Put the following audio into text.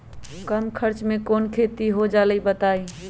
कम खर्च म कौन खेती हो जलई बताई?